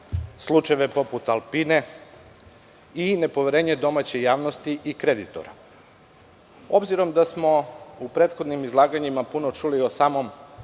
slučajeve poput „Alpine“ i nepoverenje domaće javnosti i kreditora. Obzirom da smo u prethodim izlaganjima puno čuli o samom